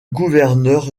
gouverneur